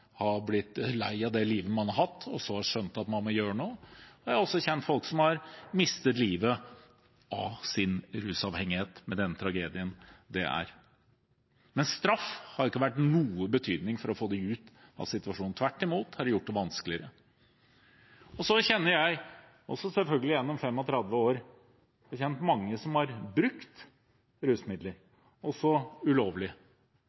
har blitt lei av det livet man har hatt, og så har skjønt at man må gjøre noe. Jeg har også kjent folk som har mistet livet på grunn av sin rusavhengighet, med den tragedien det er. Men straff har ikke hatt noen betydning for å få dem ut av situasjonen. Tvert imot har det gjort det vanskeligere. Så har jeg, gjennom 35 år, selvfølgelig også kjent mange som har brukt rusmidler, også ulovlig.